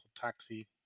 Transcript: taxi